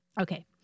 Okay